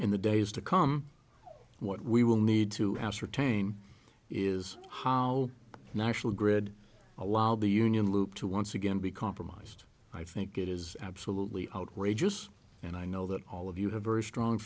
in the days to come what we will need to ascertain is how national grid allow the union loop to once again be compromised i think it is absolutely outrageous and i know that all of you have very strong